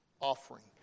offering